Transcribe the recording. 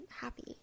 happy